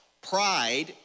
Pride